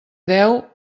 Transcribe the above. deu